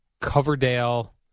Coverdale